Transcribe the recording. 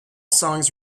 songs